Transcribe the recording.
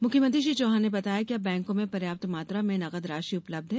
मुख्यमंत्री श्री चौहान ने बताया कि अब बैंकों में पर्याप्त मात्रा में नगद राशि उपलब्ध है